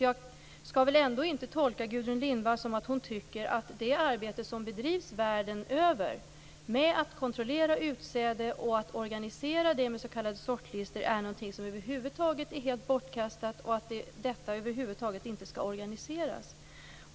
Jag skall väl ändå inte tolka Gudrun Lindvall som att hon tycker att det arbete som bedrivs världen över med att kontrollera utsäde och organisera det med s.k. sortlistor är helt bortkastat och att detta över huvud taget inte skall organiseras?